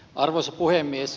arvoisa puhemies